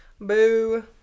Boo